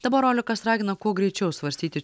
dabar olekas ragina kuo greičiau svarstyti